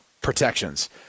protections